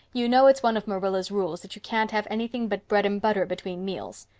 you know it's one of marilla's rules that you can't have anything but bread and butter between meals.